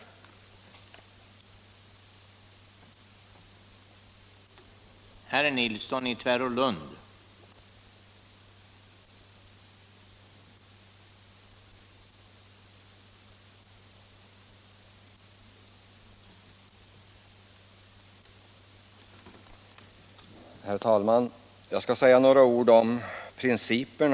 Radio och television i utbildningsväsendet 9” Radio och television i utbildningsväsendet